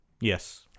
Yes